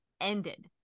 ended